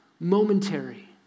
momentary